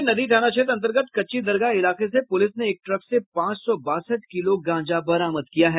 Patna city के नदी थाना क्षेत्र अंतर्गत कच्ची दरगाह इलाके से पुलिस ने एक ट्रक से पांच सौ बासठ किलो गांजा बरामद किया है